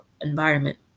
environment